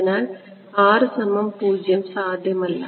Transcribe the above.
അതിനാൽ സാധ്യമല്ല